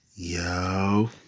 Yo